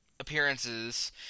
appearances